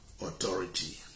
authority